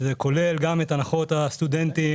שזה כולל גם את הנחות הסטודנטים,